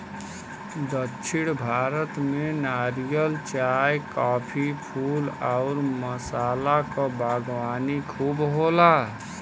दक्षिण भारत में नारियल, चाय, काफी, फूल आउर मसाला क बागवानी खूब होला